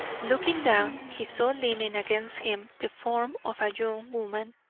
looking down, he saw leaning against him the form of a young woman,